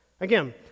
Again